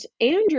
Andrew